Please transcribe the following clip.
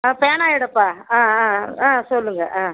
ஆ பேனா எடுப்பா ஆ ஆ ஆ ஆ சொல்லுங்கள் ஆ